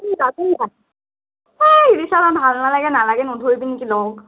ভাল নালাগে নালাগে নধৰিবি নেকি লগ